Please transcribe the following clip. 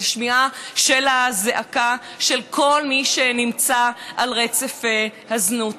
לשמיעה של הזעקה של כל מי שנמצא על רצף הזנות.